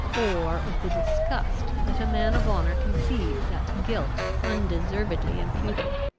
or of the disgust that a man of honour conceives at guilt undeservedly imputed?